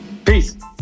Peace